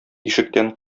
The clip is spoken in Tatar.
ишектән